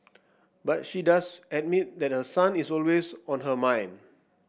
but she does admit that her son is always on her mind